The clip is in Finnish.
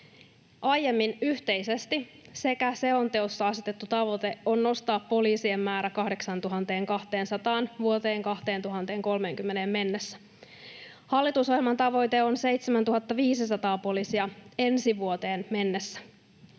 Aiemmin yhteisesti sekä selonteossa asetettu tavoite on nostaa poliisien määrä 8 200:aan vuoteen 2030 mennessä. Hallitusohjelman tavoite on 7 500 poliisia ensi vuoteen mennessä.